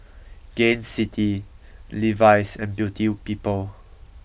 Gain City Levi's and Beauty People